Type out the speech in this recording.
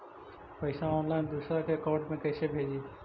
पैसा ऑनलाइन दूसरा के अकाउंट में कैसे भेजी?